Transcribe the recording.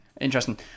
Interesting